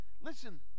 Listen